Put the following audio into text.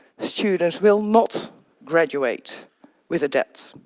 students will not graduate with a debt.